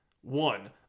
One